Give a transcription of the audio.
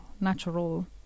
natural